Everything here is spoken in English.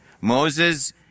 Moses